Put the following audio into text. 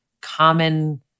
common